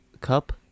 cup